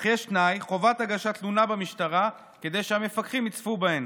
אך יש תנאי: חובת הגשת תלונה במשטרה כדי שהמפקחים יצפו בהן.